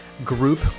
group